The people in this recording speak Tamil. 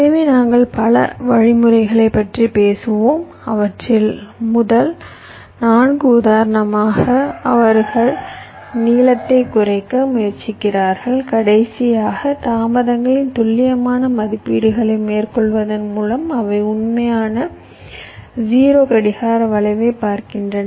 எனவே நாங்கள் பல வழிமுறைகளைப் பற்றிப் பேசுவோம் அவற்றில் முதல் 4 உதாரணமாக அவர்கள் நீளத்தைக் குறைக்க முயற்சிக்கிறார்கள் கடைசியாக தாமதங்களின் துல்லியமான மதிப்பீடுகளை மேற்கொள்வதன் மூலம் அவை உண்மையான 0 கடிகார வளைவைப் பார்க்கின்றன